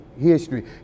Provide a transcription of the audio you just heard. history